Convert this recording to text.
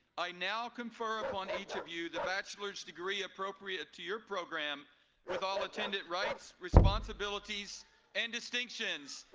i now confer upon each of you the bachelor's degree appropriate to your program with all attendant rights, responsibilities and distinctions.